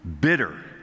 bitter